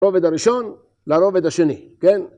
‫הרובד הראשון לרובד השני, כן?